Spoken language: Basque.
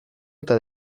eta